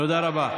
תודה רבה.